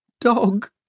Dog